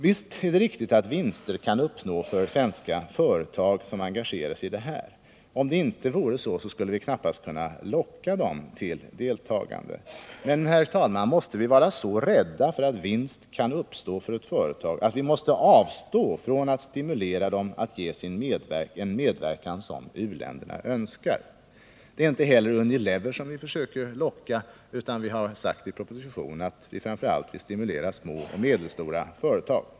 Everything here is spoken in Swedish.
Visst är det riktigt att vinster kan uppnås för svenska företag som engagerar sig i detta. Om det inte vore så, skulle vi knappast kunna locka dem till deltagande. Men, herr talman, måste vi vara så rädda för att vinst kan uppstå för företag att vi måste avstå från att stimulera dem att ge den medverkan som u-länderna önskar? Det är inte heller Unilever som vi försöker locka, utan vi har sagt i propositionen att vi framför allt vill stimulera små och medelstora företag.